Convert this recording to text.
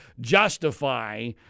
justify